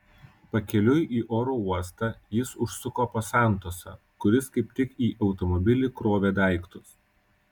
pakeliui į oro uostą jis užsuko pas santosą kuris kaip tik į automobilį krovė daiktus